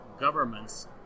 Governments